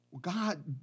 God